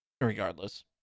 regardless